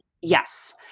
Yes